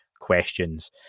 questions